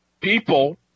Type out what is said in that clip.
people